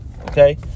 okay